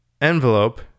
envelope